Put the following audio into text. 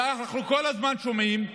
ואנחנו כל הזמן שומעים: